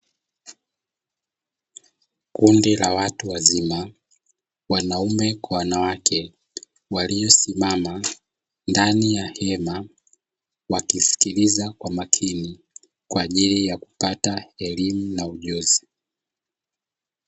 Kundi la watu wazima wanaume kwa wanawake .Waliosimama ndani ya hema wakisikiliza, kwa makini kwa ajili ya kupata elimu na ujuzi.